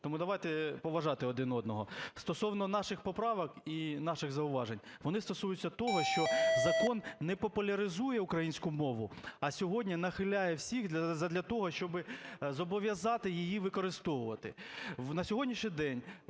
Тому давайте поважати один одного. Стосовно наших поправок і наших зауважень. Вони стосуються того, що закон не популяризує українську мову, а сьогодні "нахиляє" всіх задля того, щоб зобов'язати її використовувати.